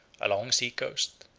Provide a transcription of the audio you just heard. a long sea-coast,